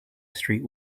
street